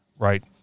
Right